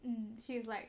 mm she's like